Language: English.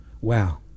Wow